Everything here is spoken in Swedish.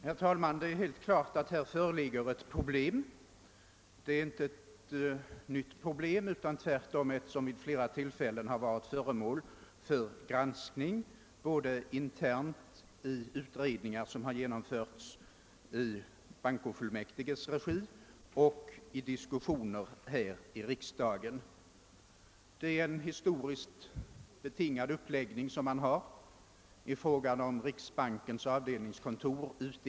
Herr talman! Det problem som vi här diskuterar är inte nytt. Tvärtom har det vid flera tillfällen varit föremål för granskning både genom interna utredningar i bankofullmäktiges regi och diskussioner i riksdagen. Den nuvarande uppläggningen. av riksbankens avdelningskontors verksamhet ute i länen är historiskt.